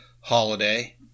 holiday